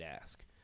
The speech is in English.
ask